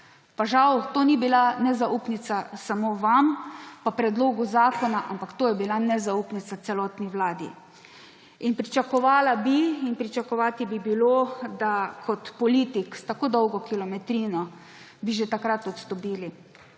Pa žal to ni bila nezaupnica samo vam in predlogu zakona, ampak to je bila nezaupnica celotni vladi. In pričakovala bi in pričakovati bi bilo, da bi kot politik s tako dolgo kilometrino že takrat odstopili.